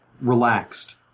relaxed